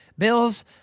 Bills